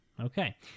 Okay